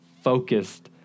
focused